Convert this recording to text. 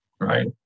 Right